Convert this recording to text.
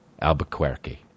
Albuquerque